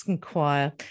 choir